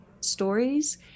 stories